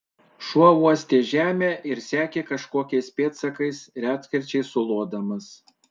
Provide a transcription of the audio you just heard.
šuo uostė žemę ir sekė kažkokiais pėdsakais retkarčiais sulodamas